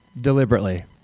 deliberately